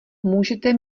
můžete